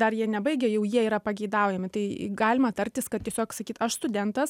dar jie nebaigę jau jie yra pageidaujami tai galima tartis kad tiesiog sakyt aš studentas